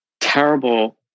terrible